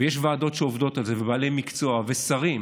ויש ועדות שעובדות על זה ובעלי מקצוע ושרים,